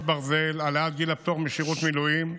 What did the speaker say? ברזל) (העלאת גיל הפטור משירות מילואים),